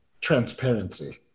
transparency